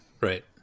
Right